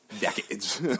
decades